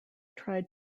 tried